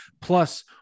plus